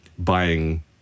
buying